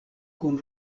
kun